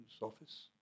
office